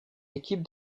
équipe